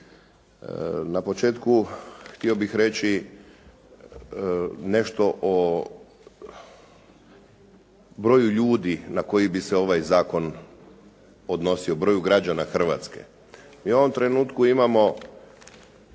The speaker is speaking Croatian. Na početku, htio bih reći nešto o broju ljudi na koji bi se ovaj zakon odnosio, broju građana Hrvatske. Mi u ovom trenutku imamo